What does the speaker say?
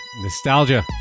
Nostalgia